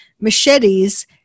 machetes